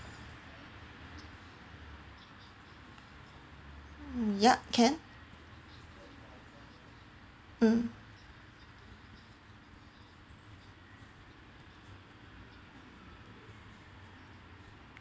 ya can mm